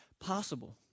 possible